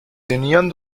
tenían